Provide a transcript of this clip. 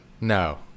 No